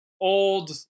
old